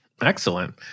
Excellent